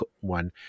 one